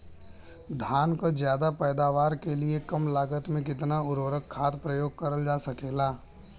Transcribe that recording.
धान क ज्यादा पैदावार के लिए कम लागत में कितना उर्वरक खाद प्रयोग करल जा सकेला?